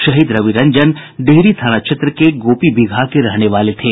शहीद रविरंजन डिहरी थाना क्षेत्र के गोपीबिगहा के रहने वाले थे